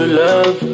love